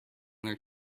their